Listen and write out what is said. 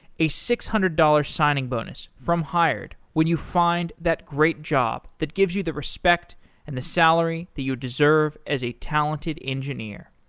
a six hundred dollars signing bonus from hired when you find that great job that gives you the respect and the salary that you deserve as a talented engineer.